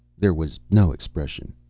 there was no expression.